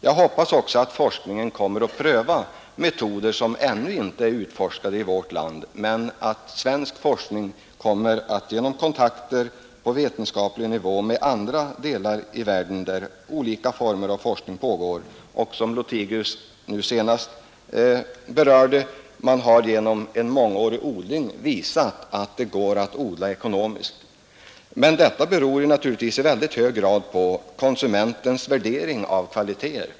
Jag hoppas också att forskningen kommer att pröva metoder som ännu inte är prövade i vårt land och att svensk forskning kommer att få kontakter på vetenskaplig nivå med andra delar av världen där olika former av forskning pågår på detta område och där man — som herr Lothigius nu senast berörde — genom mångårig praktisk odling har visat att det går att med dessa metoder odla ekonomiskt. Men det hela beror naturligtvis i mycket hög grad på konsumentens värdering av begreppet kvalitet.